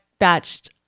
batched